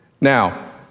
Now